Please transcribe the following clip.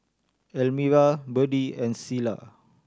Elmyra Berdie and Selah